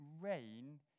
rain